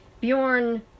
Bjorn